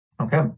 Okay